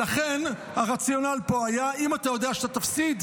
ולכן, הרציונל פה היה, אם אתה יודע שאתה תפסיד,